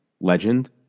legend